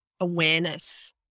awareness